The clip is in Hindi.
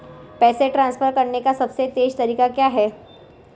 पैसे ट्रांसफर करने का सबसे तेज़ तरीका क्या है?